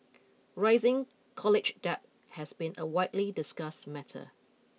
rising college debt has been a widely discussed matter